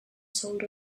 sold